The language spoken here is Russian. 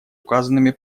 указанными